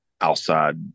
outside